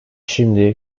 şimdi